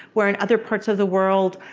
where in other parts of the world,